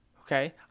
Okay